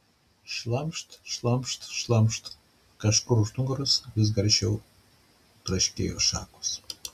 šlamšt šlamšt šlamšt kažkur už nugaros vis garsiau traškėjo šakos